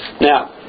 Now